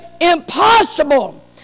impossible